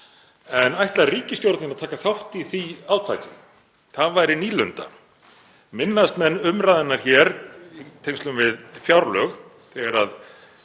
En ætlar ríkisstjórnin að taka þátt í því átaki? Það væri nýlunda. Minnast menn umræðunnar hér í tengslum við fjárlög, þegar